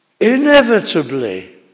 Inevitably